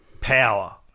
power